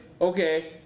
Okay